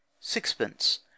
Sixpence